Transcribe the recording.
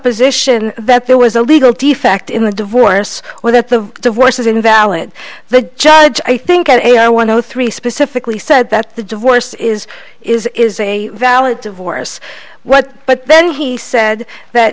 supposition that there was a legal defect in the divorce or that the divorce is invalid the judge i think that a i one hundred three specifically said that the divorce is is is a valid divorce what but then he said that